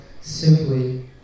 simply